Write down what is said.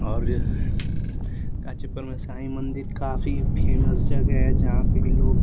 और गाजीपुर में साईं मंदिर काफ़ी फेमस जगह हैं जहाँ पर भी लोग